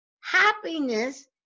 Happiness